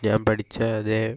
ഞാൻ പഠിച്ച അതേ